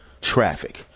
Traffic